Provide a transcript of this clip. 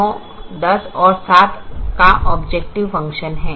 12 9 10 और 7 का objective function है